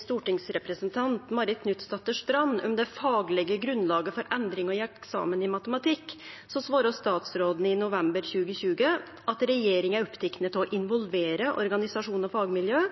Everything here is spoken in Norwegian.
stortingsrepresentant Marit Knutsdatter Strand om det faglige grunnlaget for endringer i eksamen i matematikk svarte statsråden i november 2020 at regjeringen er opptatt av å involvere organisasjoner og fagmiljøer.